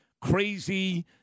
crazy—